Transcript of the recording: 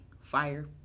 fire